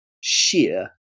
sheer